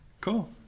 Cool